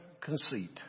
conceit